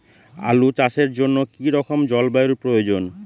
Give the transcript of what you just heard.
আলু চাষের জন্য কি রকম জলবায়ুর প্রয়োজন?